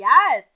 Yes